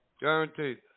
Guaranteed